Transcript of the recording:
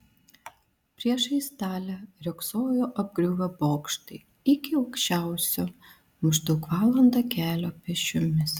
priešais talę riogsojo apgriuvę bokštai iki aukščiausio maždaug valanda kelio pėsčiomis